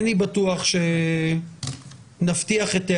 נמצאים אתנו חברת הכנסת גבי לסקי וחבר